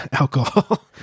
Alcohol